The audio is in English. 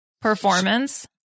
performance